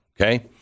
Okay